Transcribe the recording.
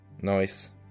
Nice